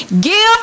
Give